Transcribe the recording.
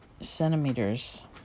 centimeters